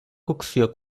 cocció